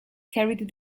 carried